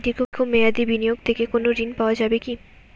দীর্ঘ মেয়াদি বিনিয়োগ থেকে কোনো ঋন পাওয়া যাবে কী?